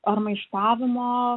ar maištavimo